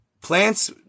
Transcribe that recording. Plants